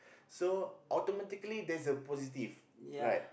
so automatically there's the positive right